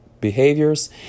behaviors